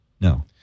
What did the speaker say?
No